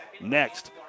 Next